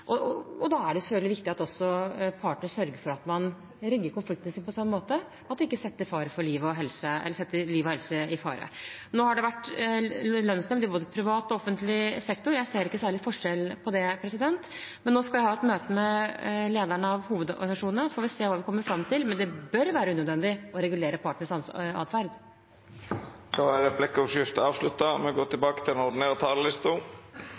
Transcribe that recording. framtiden, og da er det selvfølgelig viktig at også partene sørger for at man rigger konfliktene sine på den måten at det ikke setter liv og helse i fare. Nå har det vært lønnsnemnd i både privat og offentlig sektor. Jeg ser ingen særlig forskjell på det. Nå skal jeg ha et møte med lederne av hovedorganisasjonene, så får vi se hva vi kommer fram til, men det bør være unødvendig å regulere partenes atferd. Replikkordskiftet er avslutta.